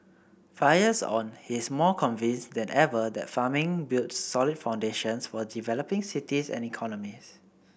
five years on he is more convinced than ever that farming builds solid foundations for developing cities and economies